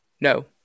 No